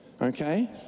okay